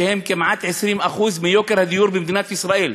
שהם כמעט 20% מיוקר הדיור במדינת ישראל.